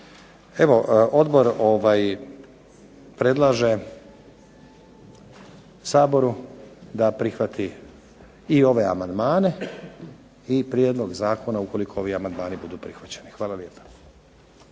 Evo odbor predlaže Saboru da prihvati i ove amandmane i Prijedlog zakona ukoliko ovi amandmani budu prihvaćeni. Hvala.